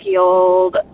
old